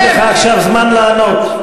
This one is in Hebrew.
יש לך עכשיו זמן לענות.